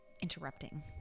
interrupting